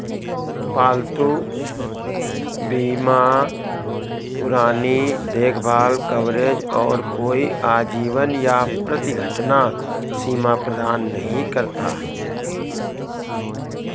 पालतू बीमा पुरानी देखभाल कवरेज और कोई आजीवन या प्रति घटना सीमा प्रदान नहीं करता